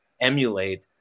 emulate